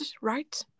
right